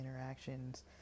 interactions